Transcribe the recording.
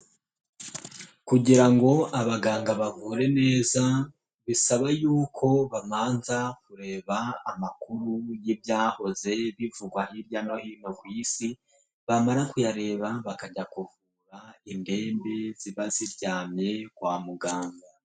Kugira ngo abaganga bavure neza, bisaba yuko babanza kureba amakuru y'ibyahoze bivugwa hirya no hino ku isi, bamara kuyareba bakajya kuvura indembe ziba ziryamye kwa muganga.